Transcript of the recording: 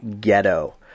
ghetto